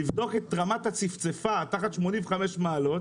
לבדוק את רמת הצפצפה תחת 85 מעלות.